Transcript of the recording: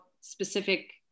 specific